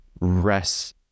rest